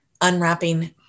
unwrapping